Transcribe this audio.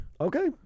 Okay